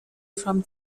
from